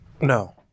No